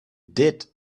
did